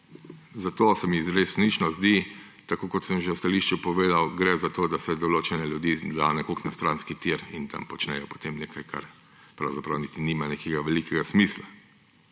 to se mi resnično zdi, kot sem že v stališču povedal, gre za to, da se določene ljudi da na stranski tir in tam počnejo potem nekaj, kar pravzaprav niti nima nekega velikega smisla.